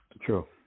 True